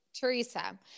Teresa